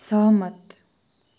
सहमत